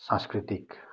सांस्कृतिक